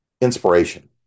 inspiration